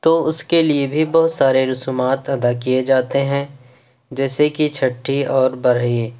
تو اس کے لیے بھی بہت سارے رسومات ادا کیے جاتے ہیں جیسے کہ چُھٹّی اور برہی